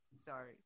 Sorry